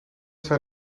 zijn